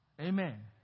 Amen